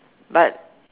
but